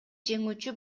жеңүүчү